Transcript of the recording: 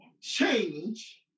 change